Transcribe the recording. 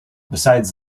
besides